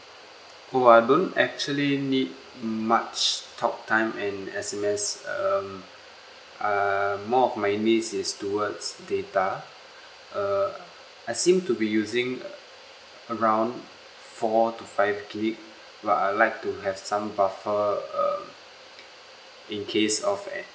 oh I don't actually need much talk time and S_M_S um uh more of my needs is towards data uh I seem to be using uh around four to five gig but I'd like to have some buffer err in case of